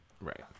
right